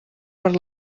per